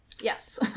yes